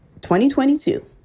2022